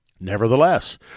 Nevertheless